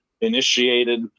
initiated